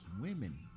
women